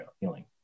healing